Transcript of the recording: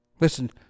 Listen